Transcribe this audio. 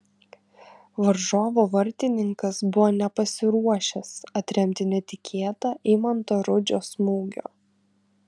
varžovų vartininkas buvo nepasiruošęs atremti netikėtą eimanto rudžio smūgio